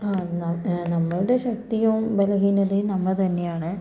ആ നമ് നമ്മളുടെ ശക്തിയും ബലഹീനതയും നമ്മൾ തന്നെയാണ്